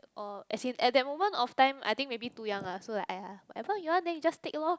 oh as in at that moment of time I think maybe too young lah so like !aiya! whatever you want then you just take lor